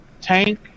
Tank